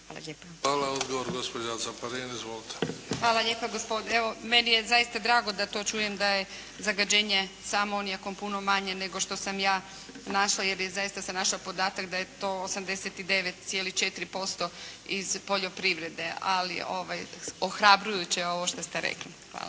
Hvala. Odgovor, gospođa Caparin. Izvolite. **Caparin, Karmela (HDZ)** Hvala lijepa. Evo, meni je zaista drago da to čujem da je zagađenje sa amonijakom puno manje nego što sam ja našla, jer zaista sam našla podatak da je to 89,4% iz poljoprivrede, ali ohrabrujuće je ovo što ste rekli. Hvala.